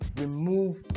remove